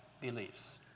beliefs